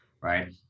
right